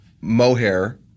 mohair